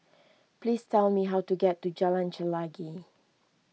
please tell me how to get to Jalan Chelagi